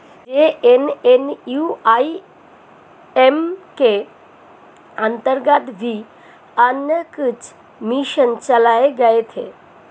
JNNURM के अंतर्गत भी अन्य कुछ मिशन चलाए गए थे